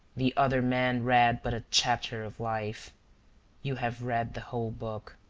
the other men read but a chapter of life you have read the whole book.